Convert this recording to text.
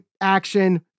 action